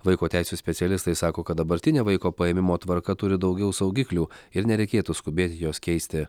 vaiko teisių specialistai sako kad dabartinė vaiko paėmimo tvarka turi daugiau saugiklių ir nereikėtų skubėti jos keisti